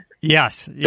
yes